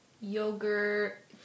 Yogurt